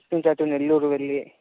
అట్నించి అటు నెల్లూరు వెళ్ళి